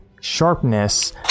sharpness